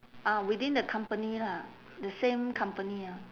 ah within the company lah the same company ah